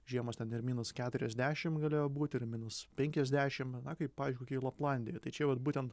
žiemos ten ir minus keturiasdešim galėjo būti ir minus penkiasdešim na kaip pavyzdžiui laplandijoje tai čia vat būtent